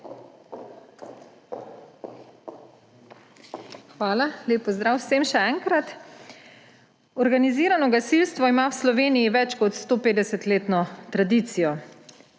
Hvala. Lep pozdrav vsem še enkrat! Organizirano gasilstvo ima v Sloveniji več kot 150-letno tradicijo.